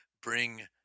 bring